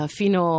fino